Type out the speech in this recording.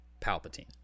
Palpatine